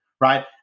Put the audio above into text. right